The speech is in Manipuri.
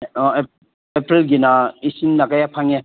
ꯑꯄ꯭ꯔꯤꯜꯒꯤꯅ ꯏꯁꯤꯡꯅ ꯀꯌꯥ ꯐꯪꯉꯦ